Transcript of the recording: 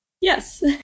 Yes